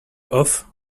off